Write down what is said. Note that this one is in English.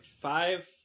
five